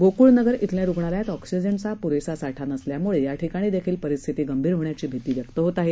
गोकुळ नगर श्विल्या रुग्णालयात ऑक्सिजनचा साठा पुरेसा नसल्यानं या ठिकाणी देखील परिस्थिती गंभीर होण्याची भीती व्यक्त होत आहे